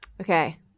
Okay